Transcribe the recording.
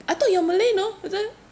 I thought you're malay you know person